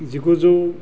जिगुजौ